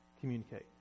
communicate